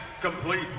complete